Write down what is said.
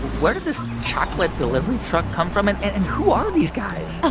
where did this chocolate delivery truck come from? and and and who are these guys? oh,